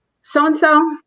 so-and-so